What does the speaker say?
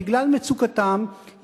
בגלל מצוקתם,